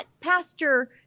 Pastor